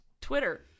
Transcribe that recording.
twitter